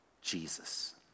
Jesus